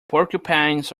porcupines